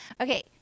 okay